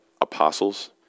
apostles